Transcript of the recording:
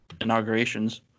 inaugurations